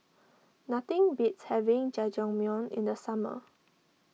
nothing beats having Jajangmyeon in the summer